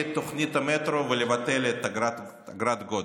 את תוכנית המטרו ולבטל את אגרת הגודש.